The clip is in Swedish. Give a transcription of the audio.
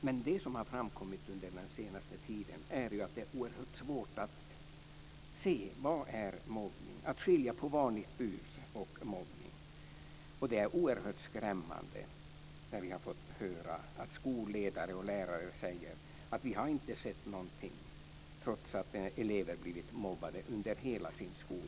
Men det som har framkommit under den senaste tiden är att det är svårt att se vad som är mobbning, att skilja på vanligt bus och mobbning. Det som vi har fått höra är mycket skrämmande, att skolledare och lärare säger att de inte har sett någonting trots att elever blivit mobbade under hela sin skolgång.